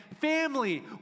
family